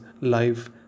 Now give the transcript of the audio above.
life